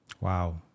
Wow